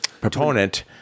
proponent